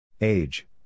Age